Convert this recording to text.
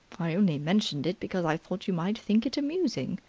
i only mentioned it because i thought you might think it amusing.